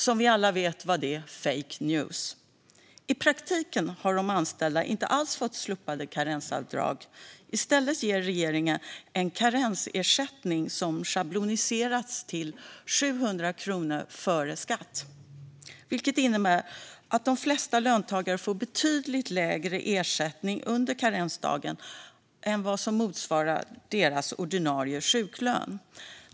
Som vi alla vet var det fake news. I praktiken har de anställda inte alls fått slopat karensavdrag. I stället ger regeringen en karensersättning som schabloniserats till 700 kronor före skatt, vilket innebär att de flesta löntagare får betydligt lägre ersättning under karensdagen än vad som motsvarar deras ordinarie sjuklön.